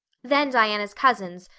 then diana's cousins,